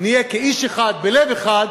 נהיה כאיש אחד בלב אחד.